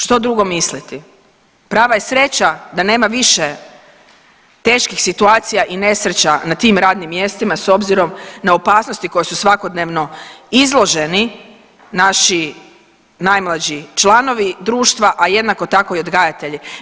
Što drugo misliti, prava je sreća da nema više teških situacija i nesreća na tim radnim mjestima s obzirom na opasnosti koje su svakodnevno izloženi naši najmlađi članovi društva, a jednako tako i odgajatelji.